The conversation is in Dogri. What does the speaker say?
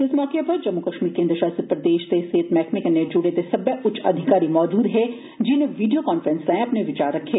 इस मौके उप्पर जम्मू कश्मीर केन्द्र शासित प्रदेश दे सेहत मैहकमे कन्नै जुड़े दे सब्बै उच्च अधिकारी मौजूद हे जिनें वीडियो कांफ्रेंस राएं अपने विचार रक्खे